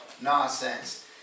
nonsense